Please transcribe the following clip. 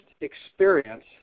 experience